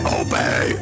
obey